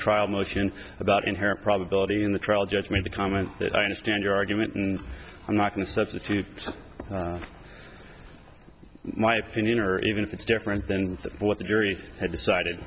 trial motion about inherent probability in the trial judge made the comment that i understand your argument and i'm not in a substitute my opinion or even if it's different than what the jury had decided